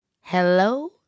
Hello